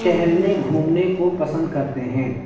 ٹہلنے گھومنے کو پسند کرتے ہیں